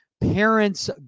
parents